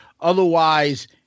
Otherwise